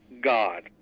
God